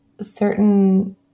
certain